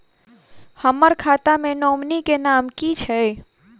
हम्मर खाता मे नॉमनी केँ नाम की छैय